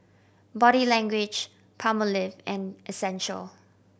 Body Language Palmolive and Essential